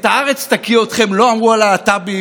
את הארץ תקיא אתכם לא אמרו על הלהט"בים,